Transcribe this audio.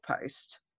post